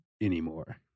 anymore